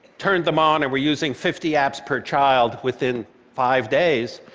turned them on and were using fifty apps per child within five days,